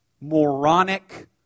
moronic